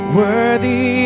worthy